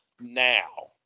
now